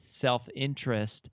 self-interest